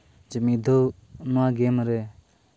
ᱪᱮ ᱢᱤᱫ ᱫᱷᱟᱹᱣ ᱱᱚᱣᱟ ᱜᱮᱢ ᱨᱮ